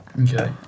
Okay